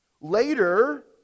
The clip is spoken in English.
Later